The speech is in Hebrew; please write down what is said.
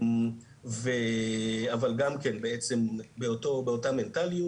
אבל גם כן בעצם באותה מנטליות,